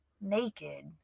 naked